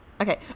Okay